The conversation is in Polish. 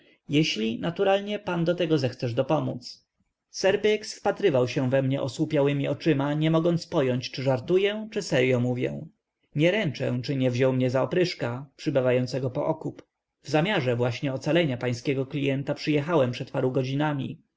jeśli naturalnie pan do tego zechcesz dopomódz sir biggs wpatrywał się we mnie osłupiałemi oczyma nie mogąc pojąć czy żartuję czy seryo mówię nie ręczę czy nie wziął mię za opryszka przybywającego po okup w zamiarze właśnie ocalenia pańskiego klienta przyjechałem przed paru godzinami